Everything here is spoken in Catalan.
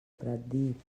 pratdip